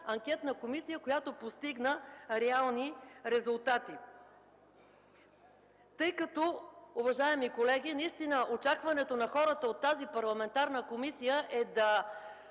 анкетна комисия, която постигна реални резултати. Уважаеми колеги, очакването на хората към тази парламентарна комисия е тя